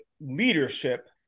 leadership